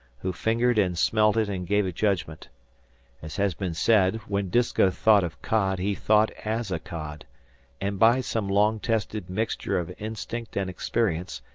who fingered and smelt it and gave judgment as has been said, when disko thought of cod he thought as a cod and by some long-tested mixture of instinct and experience,